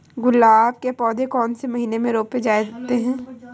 गुलाब के पौधे कौन से महीने में रोपे जाते हैं?